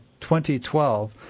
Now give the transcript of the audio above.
2012